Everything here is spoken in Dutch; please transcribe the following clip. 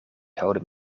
gouden